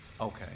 Okay